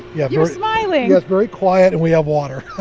yeah you're smiling yeah. it's very quiet, and we have water.